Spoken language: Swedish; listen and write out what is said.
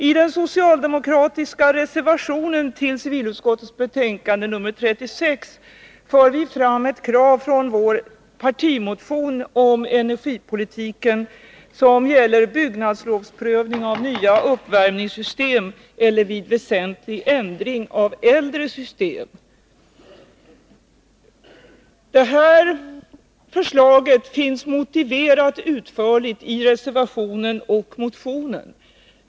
I den socialdemokratiska reservationen till civilutskottets betänkande nr 36 för vi fram ett krav från vår partimotion om energipolitiken som gäller byggnadslovsprövning av nya uppvärmningssystem eller vid väsentlig ändring av äldre sådana. Förslaget motiveras utförligt i reservationen och motionen.